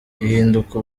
ihinduka